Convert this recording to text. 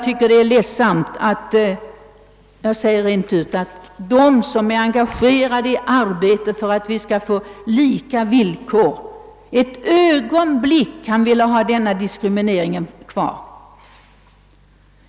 Det är ledsamt, att de, som är engagerade i arbetet för lika villkor, ett ögonblick kan vilja ha kvar denna diskriminering.